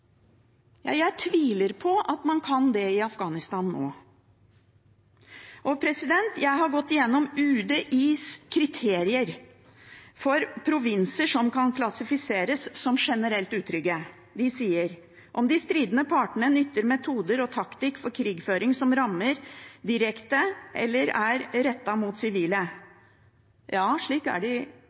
Jeg tviler på at man kan det i Afghanistan nå. Og jeg har gått igjennom UDIs kriterier for provinser som kan klassifiseres som generelt utrygge. De sier «om dei stridande partane nyttar metodar og taktikk for krigføring som rammar direkte eller er direkte retta mot sivile» – ja, slik er